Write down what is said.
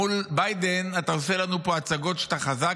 מול ביידן אתה עושה לנו פה הצגות שאתה חזק,